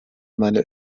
meiner